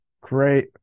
great